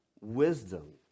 wisdom